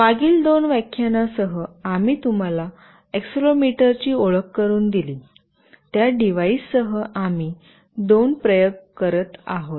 मागील दोन व्याख्यानांसह आम्ही तुम्हाला एक्सेलेरोमीटर ची ओळख करून दिली त्या डिव्हाइससह आम्ही दोन प्रयोग करत आहोत